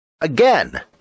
Again